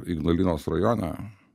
ignalinos rajone